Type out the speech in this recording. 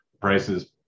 prices